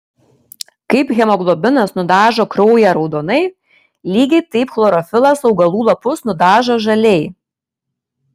kaip hemoglobinas nudažo kraują raudonai lygiai taip chlorofilas augalų lapus nudažo žaliai